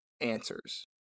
answers